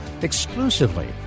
exclusively